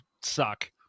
suck